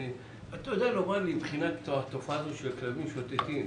אתה יודע לומר מבחינת התופעה של כלבים משוטטים,